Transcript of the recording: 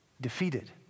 defeated